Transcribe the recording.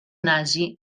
nazi